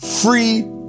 free